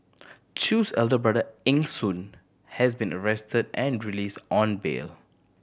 Chew's older brother Eng Soon has been arrested and released on bail